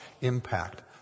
impact